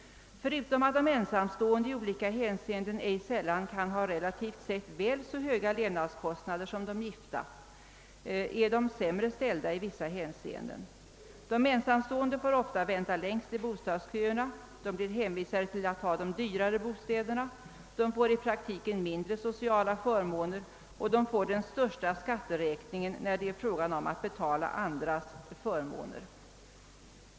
Förutom att de ensamstående i olika hänseenden icke sällan har relativt sett väl så höga levnadskostnader som de gifta är de i vissa hänseenden sämre ställda. De ensamstående får ofta vänta längst i bostadsköerna, de blir hänvisade till att ta de dyrare bostäderna, de erhåller i praktiken mindre sociala förmåner och de har den största skatteräkningen när det är fråga om att betala andras förmåner.